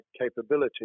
capability